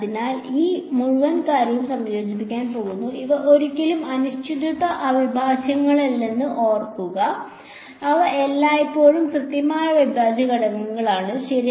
അതിനാൽ ഞാൻ ഈ മുഴുവൻ കാര്യവും സംയോജിപ്പിക്കാൻ പോകുന്നു ഇവ ഒരിക്കലും അനിശ്ചിതത്വ അവിഭാജ്യങ്ങളല്ലെന്ന് ഓർക്കുക ഇവ എല്ലായ്പ്പോഴും കൃത്യമായ അവിഭാജ്യ ഘടകങ്ങളാണ് ശരി